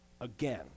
again